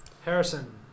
Harrison